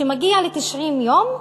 שמגיע ל-90 יום,